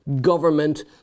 government